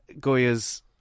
Goya's